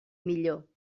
millor